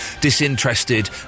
disinterested